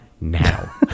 now